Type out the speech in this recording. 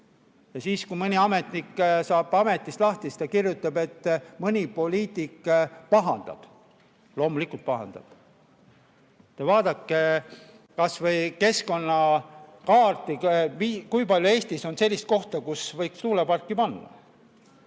Ja siis, kui mõni ametnik saab ametist lahti, ta kirjutab, et mõni poliitik pahandab. Loomulikult pahandab. Vaadake kas või keskkonnakaarti – kui palju Eestis on selliseid kohti, kuhu võiks tuuleparke